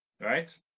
right